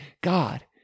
God